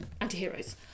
antiheroes